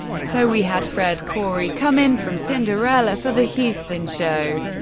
so we had fred coury come in from cinderella for the houston show.